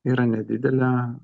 yra nedidelė